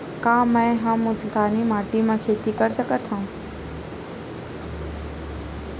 का मै ह मुल्तानी माटी म खेती कर सकथव?